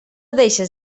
deixes